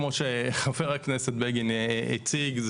כמו שחבר הכנסת בגין הציג,